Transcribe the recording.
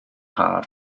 haf